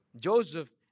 Joseph